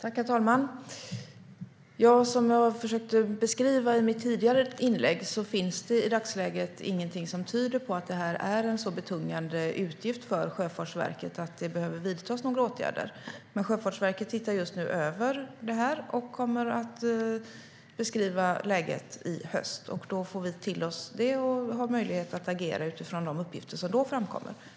Herr talman! Som jag försökte beskriva i mitt tidigare inlägg finns det i dagsläget inget som tyder på att detta är en så betungande utgift för Sjöfartsverket att det behöver vidtas några åtgärder. Sjöfartsverket tittar just nu över detta och kommer att beskriva läget i höst. Vi har möjlighet att agera utifrån de uppgifter som då framkommer.